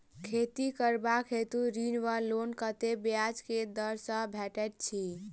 खेती करबाक हेतु ऋण वा लोन कतेक ब्याज केँ दर सँ भेटैत अछि?